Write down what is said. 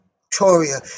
Victoria